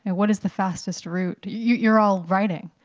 and what is the fastest route? you're all writing,